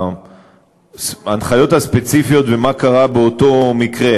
ההנחיות הספציפיות ומה קרה באותו מקרה.